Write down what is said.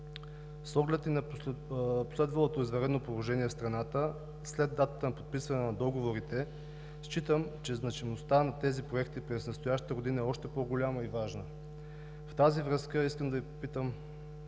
С оглед и на последвалото извънредно положение в страната след датата на подписването на договорите считам, че значимостта на тези проекти през настоящата година е още по-голяма и важна. В тази връзка искам да Ви попитам